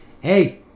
hey